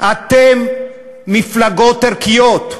אתם מפלגות ערכיות,